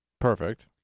Perfect